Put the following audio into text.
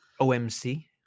OMC